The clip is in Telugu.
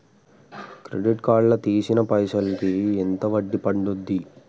క్రెడిట్ కార్డ్ లా తీసిన పైసల్ కి ఎంత వడ్డీ పండుద్ధి?